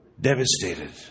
devastated